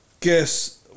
guess